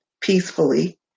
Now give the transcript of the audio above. peacefully